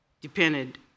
depended